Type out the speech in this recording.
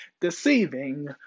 deceiving